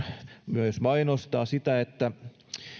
myös mainostaa sitä että